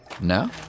No